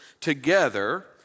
together